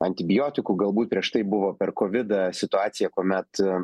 antibiotikų galbūt prieš tai buvo per kovidą situacija kuomet